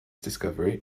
discovery